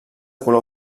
color